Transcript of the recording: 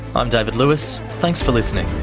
i'm david lewis, thanks for listening